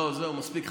לא, זהו, מספיק.